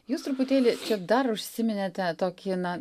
jūs truputėlį dar užsiminėte tokį na